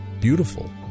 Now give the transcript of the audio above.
beautiful